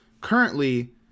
currently